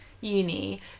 uni